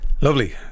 Lovely